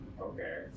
Okay